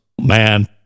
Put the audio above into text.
Man